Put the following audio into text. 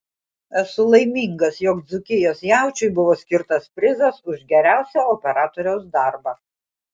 esu laimingas jog dzūkijos jaučiui buvo skirtas prizas už geriausią operatoriaus darbą